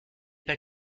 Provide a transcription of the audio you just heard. pas